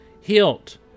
hilt